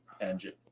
engine